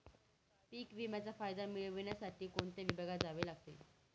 पीक विम्याचा फायदा मिळविण्यासाठी कोणत्या विभागात जावे लागते?